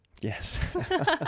Yes